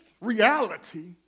reality